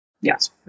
Yes